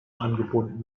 angebunden